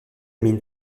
mine